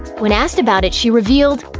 when asked about it, she revealed,